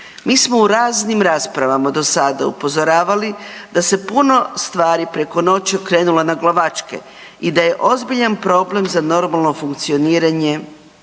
Mi smo u raznim raspravama do sada upozoravali da se puno stvari preko noći okrenulo naglavačke i da je ozbiljan problem za normalno funkcioniranje